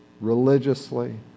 religiously